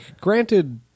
granted